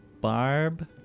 Barb